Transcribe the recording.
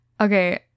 Okay